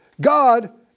God